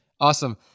Awesome